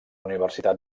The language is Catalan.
universitat